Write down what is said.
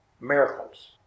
miracles